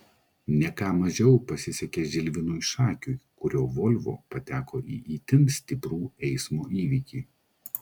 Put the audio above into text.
ne ką mažiau pasisekė žilvinui šakiui kurio volvo pateko į itin stiprų eismo įvykį